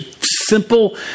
simple